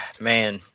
man